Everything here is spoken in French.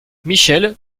michel